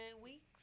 weeks